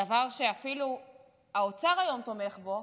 דבר שאפילו האוצר היום תומך בו,